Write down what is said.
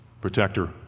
Protector